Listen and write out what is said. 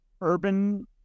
urban